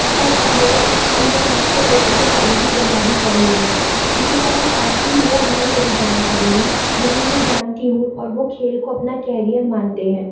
اور اب وہ انٹر نیشنل لیول پہ جانے کی تیاری کر رہی ہے اسی طرح کافی لوگ ہیں میری جان کاری میں جنہیں میں جانتی ہوں اور وہ کھیل کو اپنا کیرئر مانتے ہیں